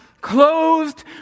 clothed